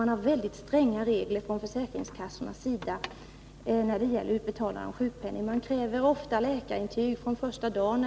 Försäkringskassorna tillämpar mycket stränga utbetalningsregler för dessa grupper och kräver oftast läkarintyg från första dagen.